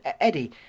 Eddie